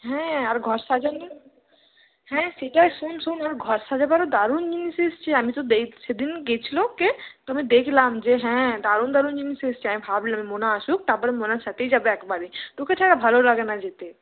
হ্যাঁ আর ঘর সাজানোর হ্যাঁ সেটাই শোন শোন আর ঘর সাজানোরও দারুন জিনিস এসেছে আমি তো সেদিন গেছিলো কে তো আমি দেখলাম যে হ্যাঁ দারুন দারুন জিনিস এসেছে আমি ভাবলাম মোনা আসুক তারপরে মোনার সাথেই যাবো একবারে তোকে ছাড়া ভালো লাগে না যেতে